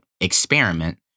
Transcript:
experiment